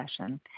session